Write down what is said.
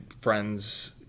friend's